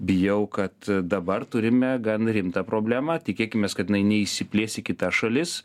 bijau kad dabar turime gan rimtą problemą tikėkimės kad jinai neišsiplės į kitas šalis